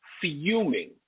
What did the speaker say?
fuming